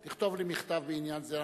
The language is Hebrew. אני מציע שתכתוב לי מכתב בעניין זה,